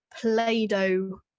play-doh